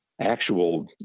actual